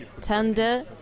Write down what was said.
tender